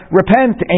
repent